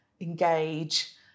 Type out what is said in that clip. engage